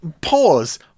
pause